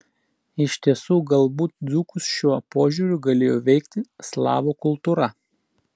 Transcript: iš tiesų galbūt dzūkus šiuo požiūriu galėjo veikti slavų kultūra